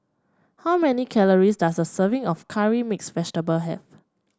how many calories does a serving of Curry Mixed Vegetable have